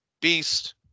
Beast